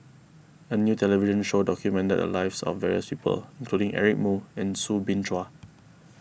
a new television show documented the lives of various people including Eric Moo and Soo Bin Chua